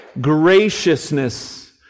graciousness